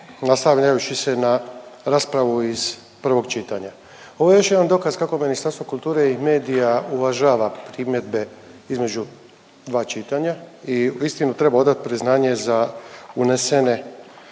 nastavljajući se na raspravu iz prvog čitanja. Ovo je još jedan dokaz kako Ministarstvo kulture i medija uvažava primjedbe između dva čitanja i uistinu treba odati priznanje za unesene